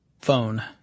phone